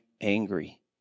angry